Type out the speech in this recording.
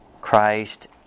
Christ